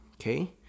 okay